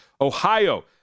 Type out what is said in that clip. Ohio